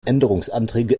änderungsanträge